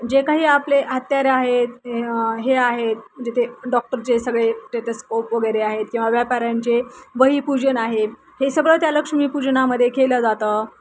जे काही आपले हत्यार आहेत हे आहेत जिथे डॉक्टर जे सगळे टेथंस्कोप वगैरे आहेत किंवा व्यापऱ्यांचे वही पूजन आहे हे सगळं त्या लक्ष्मीपूजनामध्ये केलं जातं